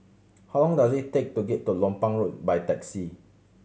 how long does it take to get to Lompang Road by taxi